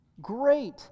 Great